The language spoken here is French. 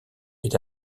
est